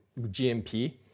GMP